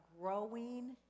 growing